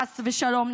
חס ושלום,